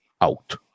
out